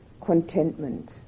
contentment